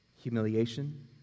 humiliation